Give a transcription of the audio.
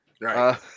Right